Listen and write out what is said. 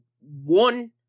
one